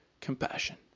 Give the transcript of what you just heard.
compassion